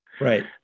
Right